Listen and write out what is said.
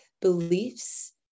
beliefs